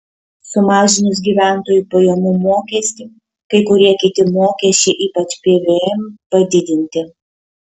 sumažinus gyventojų pajamų mokestį kai kurie kiti mokesčiai ypač pvm padidinti